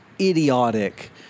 idiotic